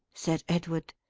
said edward,